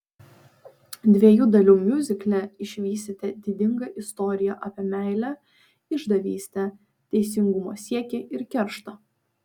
dviejų dalių miuzikle išvysite didingą istoriją apie meilę išdavystę teisingumo siekį ir kerštą